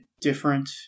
different